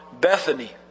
Bethany